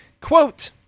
quote